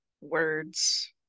words